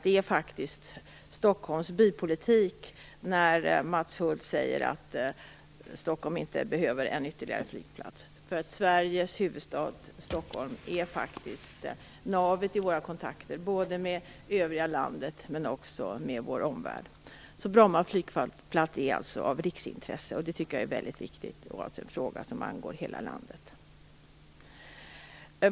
Det är faktiskt stockholmsk bipolitik när Mats Hulth säger att Stockholm inte behöver någon ytterligare flygplats. Sveriges huvudstad, Stockholm, är faktiskt navet i våra kontakter både med övriga landet och med vår omvärld. Bromma flygplats är alltså av riksintresse, det tycker jag är väldigt viktigt. Det här är en fråga som angår hela landet.